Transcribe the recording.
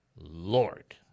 Lord